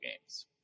games